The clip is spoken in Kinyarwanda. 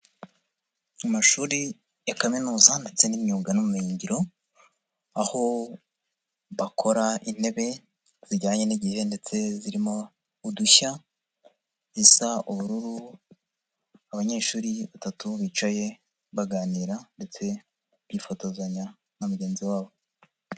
Amashuri ya kaminuza ndetse n'imyuga n'ubumenyiyingiro, bakora intebe zijyanye n'igihe ndetse zirimo udushya zisa ubururu, abanyeshuri batatu bicaye baganira ndetse bifotozanya na mugenzi wabo.